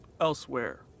elsewhere